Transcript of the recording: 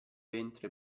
ventre